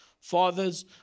Fathers